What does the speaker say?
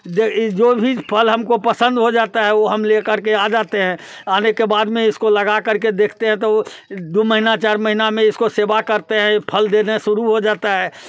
जो भी फल हमको पसंद हो जाता है वो हम लेकर के आ जाते हैं आने के बाद में इसको लगा करके देखते हैं तो दो महीना चार महीना में इसको सेवा करते हैं फल देने शुरू हो जाता है